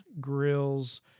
grills